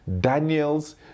Daniels